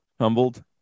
humbled